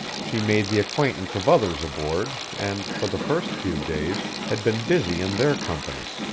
she made the acquaintance of others aboard and, for the first few days, had been busy in their company.